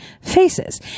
faces